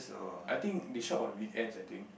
I think they shop on weekends I think